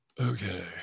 Okay